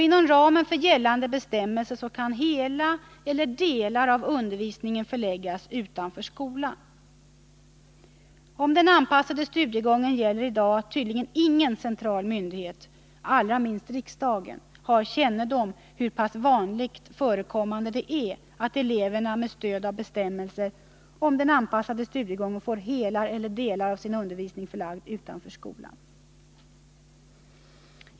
Inom ramen för gällande bestämmelser kan hela eller delar av undervisningen förläggas utanför skolan. För den anpassade studiegången gäller i dag att tydligen ingen central myndighet — allra minst riksdagen — har kännedom om hur pass vanligt förekommande det är att elever med stöd av bestämmelserna om den anpassade studiegången får hela eller delar av sin undervisning förlagd utanför skolan.